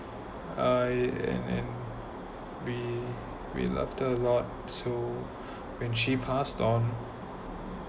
I and and we we love her a lot so when she passed on